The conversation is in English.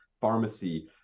pharmacy